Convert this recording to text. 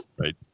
right